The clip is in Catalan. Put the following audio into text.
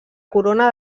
corona